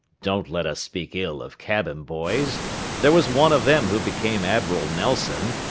don't let us speak ill of cabin-boys there was one of them who became admiral nelson,